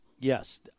Yes